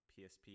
PSP